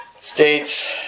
states